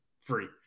free